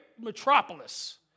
metropolis